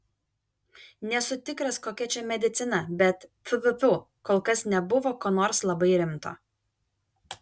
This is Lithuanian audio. nesu tikras kokia čia medicina bet tfu tfu tfu kol kas nebuvo ko nors labai rimto